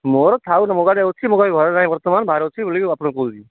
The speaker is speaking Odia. ମୋର ଥାଉ ନା ମୋ ଗାଡ଼ି ଅଛି ମୋ ଗାଡ଼ି ଘରେ ନାହିଁ ବର୍ତ୍ତମାନ ବାହାରେ ଅଛି ବୋଲି ଆପଣଙ୍କୁ କହୁଛି